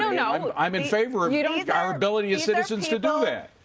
you know i mean i'm in favor of you know our ability of citizens to do that.